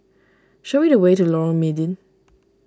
show me the way to Lorong Mydin